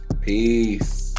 peace